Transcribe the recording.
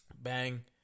Bang